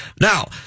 Now